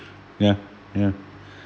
ya ya